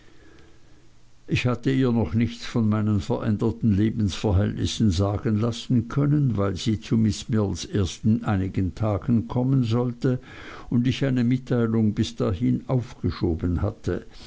ich hatte ihr noch nichts von meinen veränderten lebensverhältnissen sagen lassen können weil sie zu miß mills erst in einigen tagen kommen sollte und ich eine mitteilung bis dahin aufgeschoben hatte